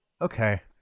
okay